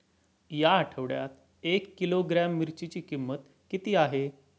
या आठवड्यात एक किलोग्रॅम मिरचीची किंमत किती आहे?